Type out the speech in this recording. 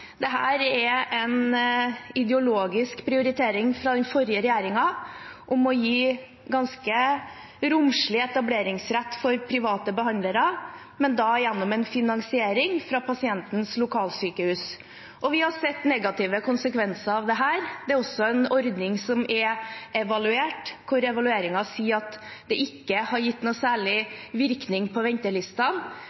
er en ideologisk prioritering fra den forrige regjeringen om å gi ganske romslig etableringsrett for private behandlere, men da gjennom en finansiering fra pasientens lokalsykehus. Vi har sett negative konsekvenser av dette. Det er en ordning som er evaluert, og hvor evalueringen sier at det ikke har gitt noen særlig